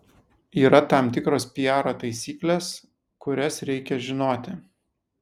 yra tam tikros piaro taisykles kurias reikia žinoti